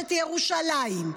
מורשת ירושלים.